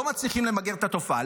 לא מצליחים למגר את התופעה.